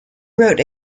wrote